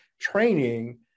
training